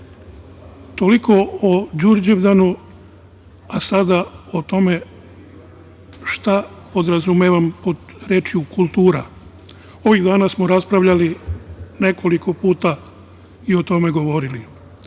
Toliko o Đurđevdanu. A, sada o tome šta podrazumevam pod rečju kultura. Ovih dana smo raspravljali nekoliko puta i o tome govorili.